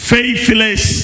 Faithless